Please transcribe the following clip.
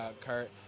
Kurt